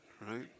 right